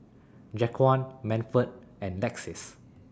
Jaquan Manford and Lexis